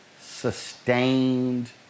sustained